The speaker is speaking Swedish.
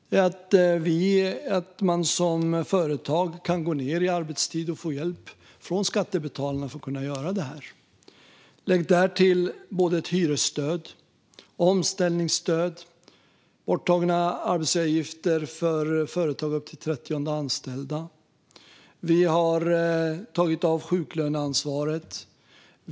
Det betyder att företag kan gå ned i arbetstid och få hjälp från skattebetalarna för att kunna göra det. Lägg därtill hyresstöd, omställningsstöd och borttagna arbetsgivaravgifter för företag upp till den 30:e anställda. Vi har också tagit över sjuklöneansvaret.